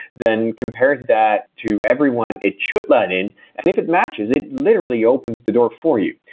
then compares that to everyone it should let in. and if it matches, it literally opens the door for you.